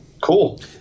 cool